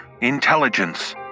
intelligence